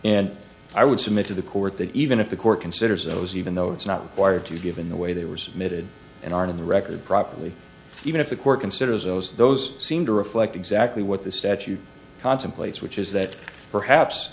and i would submit to the court that even if the court considers those even though it's not required to give in the way they were submitted and are in the record properly even if the court considers those those seem to reflect exactly what the statute contemplates which is that perhaps